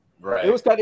right